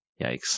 Yikes